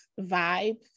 vibe